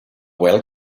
well